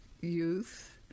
youth